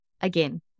again